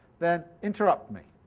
then interrupt me,